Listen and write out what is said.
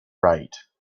right